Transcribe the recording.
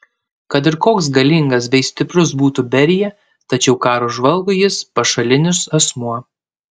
kad ir koks galingas bei stiprus būtų berija tačiau karo žvalgui jis pašalinis asmuo